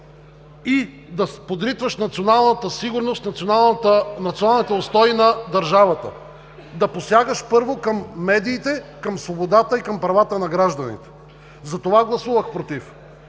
и да подритваш националната сигурност, националните устои на държавата и да посягаш първо към медиите, към свободата и правата на гражданите. Затова гласувах „против“,